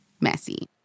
messy